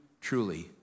truly